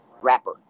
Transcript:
rapper